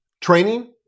training